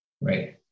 Right